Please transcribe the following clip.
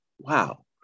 Wow